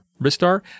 Ristar